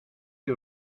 que